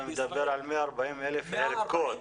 אתה מדבר על 140,000 ערכות.